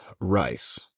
rice